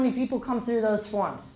many people come through those forms